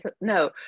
no